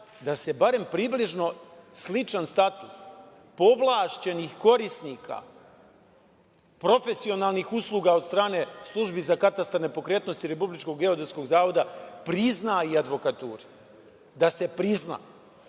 da se barem približno sličan status povlašćenih korisnika profesionalnih usluga od strane službi za katastar nepokretnosti Republičkog geodetskog zavoda prizna i advokaturi, da se prizna. Znači,